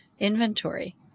Inventory